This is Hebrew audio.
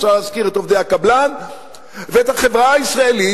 ואפשר להזכיר את עובדי הקבלן ואת החברה הישראלית,